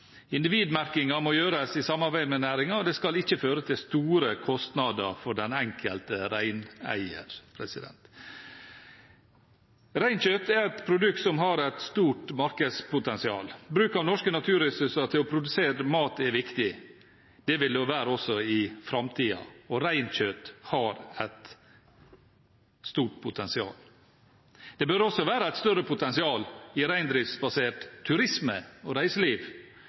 må gjøres i samarbeid med næringen, og det skal ikke føre til store kostnader for den enkelte reineier. Reinkjøtt er et produkt som har et stort markedspotensial. Bruk av norske naturressurser til å produsere mat er viktig. Det vil det være også i framtiden. Reinkjøtt har et stort potensial. Det bør også være et større potensial i reindriftsbasert turisme og reiseliv.